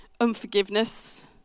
unforgiveness